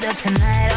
tonight